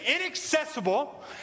inaccessible